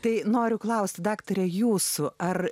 tai noriu klausti daktare jūs ar